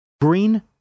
Green